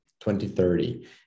2030